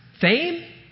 fame